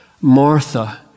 Martha